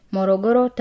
Morogoro